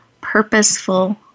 purposeful